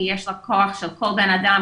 כי כל בן אדם,